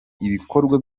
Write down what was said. ibikorwa